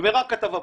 נגמרה הכתבה בעיתון.